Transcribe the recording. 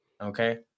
Okay